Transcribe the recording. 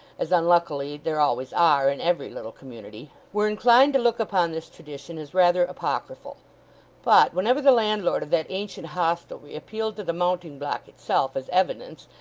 as unluckily there always are in every little community, were inclined to look upon this tradition as rather apocryphal but, whenever the landlord of that ancient hostelry appealed to the mounting block itself as evidence,